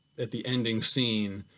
at the ending scene,